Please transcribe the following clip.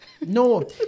No